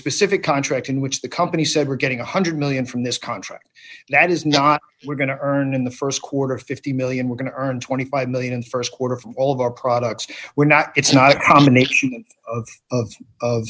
specific contract in which the company said we're getting one hundred million from this contract that is not we're going to earn in the st quarter fifty million we're going to earn twenty five million in st quarter for all of our products we're not it's not combination of of